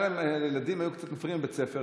כשהילדים היו מפריעים קצת בבית הספר,